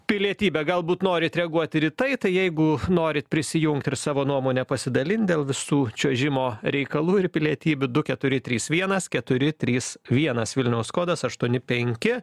pilietybę galbūt norit reaguot ir į tai tai jeigu norit prisijungt ir savo nuomonę pasidalint dėl visų čiuožimo reikalų ir pilietybių du keturi trys vienas keturi trys vienas vilniaus kodas aštuoni penki